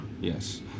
Yes